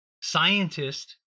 scientist